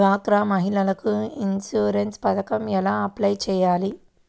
డ్వాక్రా మహిళలకు ఇన్సూరెన్స్ పథకం ఎలా అప్లై చెయ్యాలి?